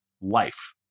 life